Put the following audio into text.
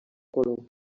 color